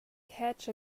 catch